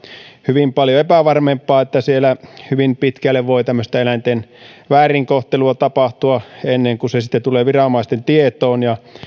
hyvin paljon epävarmempaa siellä hyvin pitkälle voi tämmöistä eläinten väärinkohtelua tapahtua ennen kuin se tulee viranomaisten tietoon ja